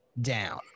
down